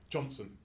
Johnson